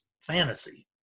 fantasy